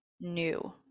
new